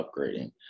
upgrading